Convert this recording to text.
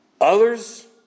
Others